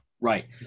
right